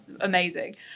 Amazing